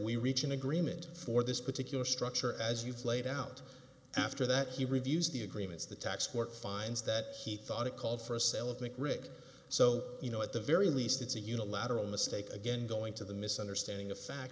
we reach an agreement for this particular structure as you've laid out after that he reviews the agreements the tax court finds that he thought it called for a sale of think rick so you know at the very least it's a unilateral mistake again going to the misunderstanding of fact